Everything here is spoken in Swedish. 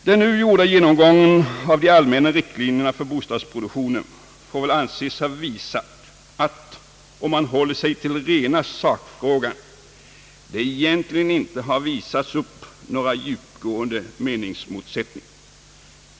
Den nu gjorda genomgången av de allmänna riktlinjerna för bostadsproduktionen får väl anses ha visat att — om man håller sig till rena sakfrågan — det egentligen inte har visats upp några djupgående meningsmotsättningar.